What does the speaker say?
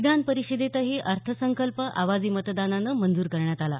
विधान परिषदेतही अर्थसंकल्प आवाजी मतदानानं मंजूर करण्यात आला